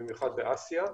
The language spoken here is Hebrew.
במיוחד באסיה,